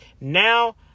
Now